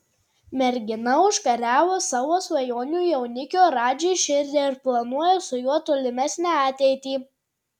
mergina užkariavo savo svajonių jaunikio radži širdį ir planuoja su juo tolimesnę ateitį